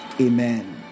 Amen